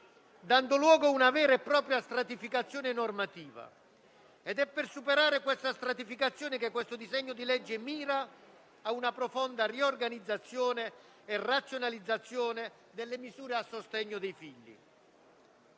dando luogo ad una vera e propria stratificazione normativa. È per superare questa stratificazione che il disegno di legge in esame mira ad una profonda riorganizzazione e razionalizzazione delle misure a sostegno dei figli.